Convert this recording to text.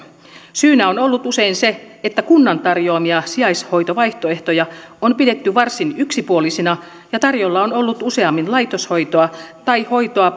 syynä on ollut usein se että kunnan tarjoamia sijaishoitovaihtoehtoja on pidetty varsin yksipuolisina ja tarjolla on ollut useammin laitoshoitoa tai hoitoa